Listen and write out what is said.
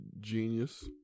genius